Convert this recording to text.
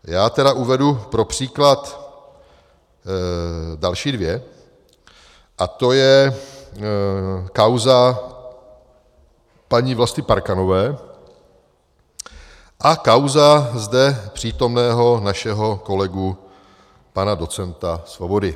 Já uvedu pro příklad další dvě a to je kauza paní Vlasty Parkanové a kauza zde přítomného našeho kolegy pana docenta Svobody.